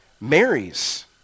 marries